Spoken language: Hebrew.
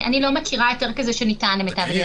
אני לא מכירה היתר כזה שניתן למיטב ידיעתי.